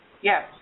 Yes